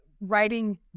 writing